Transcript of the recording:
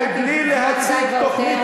כבר נתתי זמן די והותר.